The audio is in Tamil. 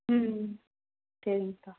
ம் சரிங்கக்கா